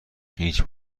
هیچ